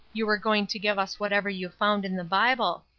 you were going to give us whatever you found in the bible.